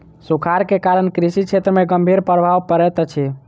सूखाड़ के कारण कृषि क्षेत्र में गंभीर प्रभाव पड़ैत अछि